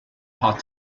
part